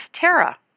Tara